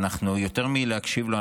ויותר מלהקשיב לו,